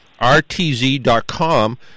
RTZ.com